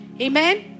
Amen